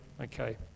Okay